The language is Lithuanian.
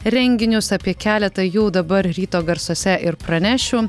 renginius apie keletą jų dabar ryto garsuose ir pranešiu